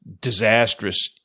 disastrous